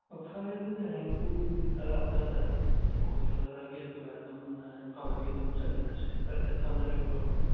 ꯑꯣ ꯐꯔꯦ ꯑꯗꯨꯗꯤ ꯍꯌꯦꯡ ꯄꯨꯡ ꯇꯔꯥ ꯑꯗ꯭ꯋꯥꯏꯗ ꯑꯩ ꯀꯣꯜ ꯇꯧꯖꯔꯛꯑꯒꯦ ꯑꯗꯨꯒ ꯑꯗꯨꯝ ꯏꯝꯐꯥꯜꯗꯒꯤ ꯑꯗꯨꯝ ꯆꯠꯃꯤꯟꯅꯁꯤ ꯐꯔꯦ ꯐꯔꯦ ꯊꯝꯖꯔꯒꯦꯀꯣ